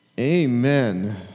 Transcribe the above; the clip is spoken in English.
amen